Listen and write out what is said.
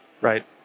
Right